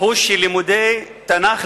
הוא שלימודי תנ"ך,